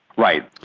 right.